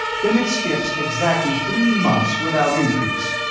then it skips exactly three months without increase.